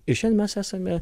ir šiandien mes esame